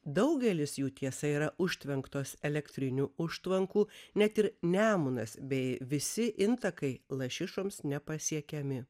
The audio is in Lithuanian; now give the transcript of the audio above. daugelis jų tiesa yra užtvenktos elektrinių užtvankų net ir nemunas bei visi intakai lašišoms nepasiekiami